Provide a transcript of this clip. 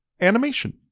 animation